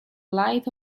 light